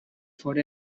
for